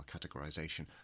categorization